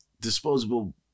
disposable